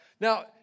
Now